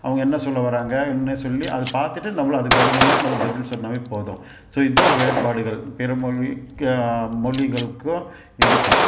அவங்க என்ன சொல்ல வர்றாங்க என்ன சொல்லி அதை பார்த்துட்டு நம்மளும் அதுக்கு தகுந்த மாதிரி நம்ம பதில் சொன்னாலே போதும் ஸோ இதுதான் வேறுபாடுகள் பிறமொழி மொழிகளுக்கும் இதுக்கும்